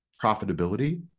profitability